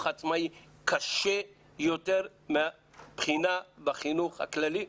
העצמאי קשה יותר מהבחינה בחינוך הכללי?